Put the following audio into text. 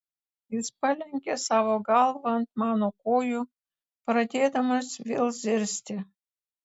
jis palenkė savo galvą ant mano kojų pradėdamas vėl zirzti